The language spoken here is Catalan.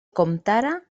comptara